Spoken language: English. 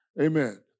amen